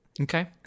Okay